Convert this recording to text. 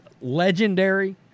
legendary